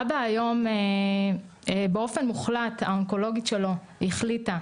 אבא היום באופן מוחלט האונקולוגית שלו החליטה